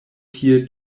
tie